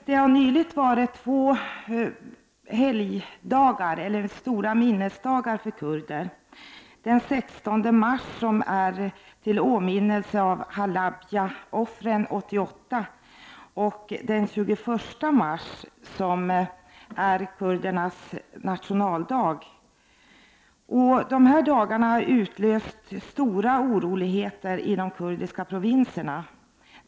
Det har nyligen varit två stora minnesdagar för kurderna — den 16 mars, som är till åminnelse av Halabja-offren 1988, och den 21 mars som är kurdernas nationaldag. Under dessa dagar har stora oroligheter utlösts i de kurdiska provinserna.